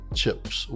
chips，